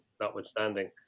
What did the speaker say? notwithstanding